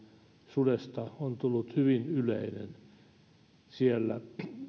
sudesta on tullut hyvin yleinen siellä